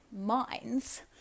minds